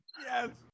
Yes